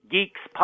Geeks